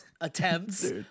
attempts